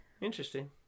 Interesting